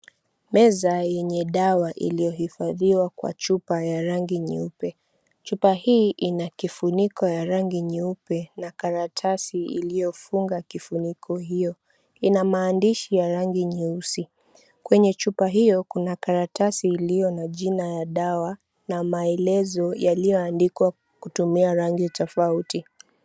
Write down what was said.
Meza yenye dawa iliyohifadhiwa kwa chupa ya rangi nyeupe. Chupa hii ina kifuniko ya rangi nyeupe na karatasi iliyofunga kifuniko hiyo. Ina maandishi ya rangi nyeusi. Kwenye chupa hiyo kuna karatasi iliyo na jina ya dawa na maelezo yaliyoandikwa kutumia rangi tofauti.